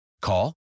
Call